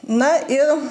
na i